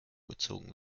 gezogen